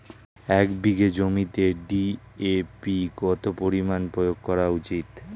এক বিঘে জমিতে ডি.এ.পি কত পরিমাণ প্রয়োগ করা উচিৎ?